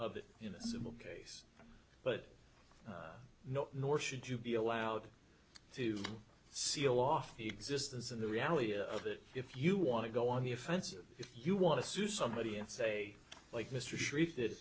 a civil case but no nor should you be allowed to seal off the existence and the reality of it if you want to go on the offensive if you want to sue somebody and say like mr sharif that